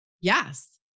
Yes